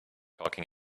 talking